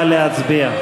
להצביע.